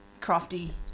crafty